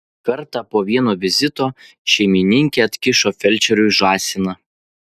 kartą po vieno vizito šeimininkė atkišo felčeriui žąsiną